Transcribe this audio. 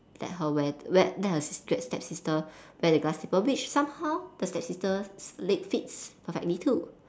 let her wear wear let her sister stepsister wear the glass slipper which somehow the stepsister's legs fit perfectly too